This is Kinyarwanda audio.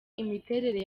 imiterere